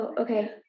okay